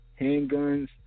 handguns